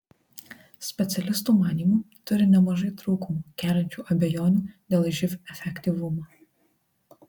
specialistų manymu turi nemažai trūkumų keliančių abejonių dėl živ efektyvumo